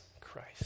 Christ